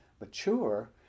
Mature